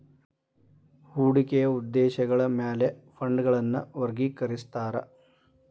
ಹೂಡಿಕೆಯ ಉದ್ದೇಶಗಳ ಮ್ಯಾಲೆ ಫಂಡ್ಗಳನ್ನ ವರ್ಗಿಕರಿಸ್ತಾರಾ